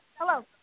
Hello